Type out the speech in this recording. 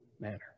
manner